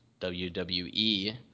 WWE